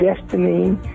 destiny